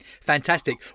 Fantastic